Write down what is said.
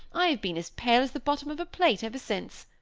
i have been as pale as the bottom of a plate ever since.